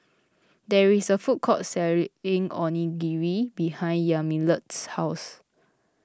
there is a food court selling Onigiri behind Yamilet's house